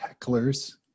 hecklers